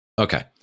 Okay